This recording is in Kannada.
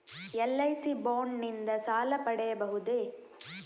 ಎಲ್.ಐ.ಸಿ ಬಾಂಡ್ ನಿಂದ ಸಾಲ ಪಡೆಯಬಹುದೇ?